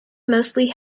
mostly